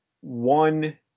one